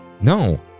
No